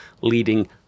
leading